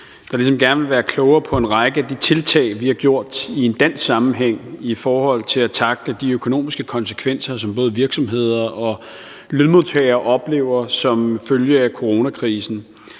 gerne ville være klogere på en række af de tiltag, vi har gjort i en dansk sammenhæng i forhold til at tackle de økonomiske konsekvenser, som både virksomheder og lønmodtagere oplever som følge af coronakrisen.